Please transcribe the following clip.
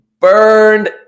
burned